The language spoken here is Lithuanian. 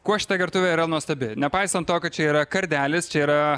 kuo šita gertuvė yra nuostabi nepaisant to kad čia yra kardelis čia yra